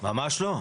ממש לא.